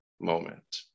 moment